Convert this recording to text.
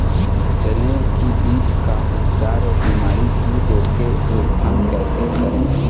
चने की बीज का उपचार अउ बीमारी की रोके रोकथाम कैसे करें?